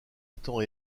étang